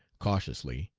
cautiously,